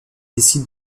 décide